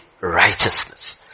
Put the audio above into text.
righteousness